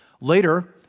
Later